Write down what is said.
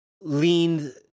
leaned